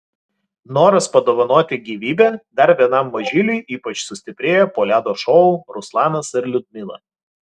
noras padovanoti gyvybę dar vienam mažyliui ypač sustiprėjo po ledo šou ruslanas ir liudmila